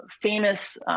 famous